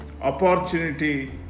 opportunity